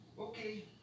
Okay